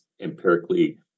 empirically